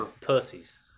Pussies